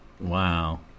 Wow